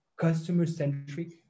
customer-centric